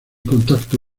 contacto